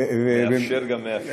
מאפשר גם מאפשר.